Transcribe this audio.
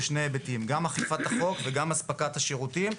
בשני היבטים: גם אכיפת החוק וגם הספקת השירותים,